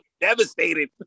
Devastated